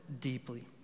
deeply